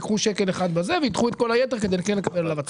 ייקחו שקל אחד ויידחו את כל היתר כדי כן לקבל עליו הצמדה.